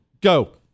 go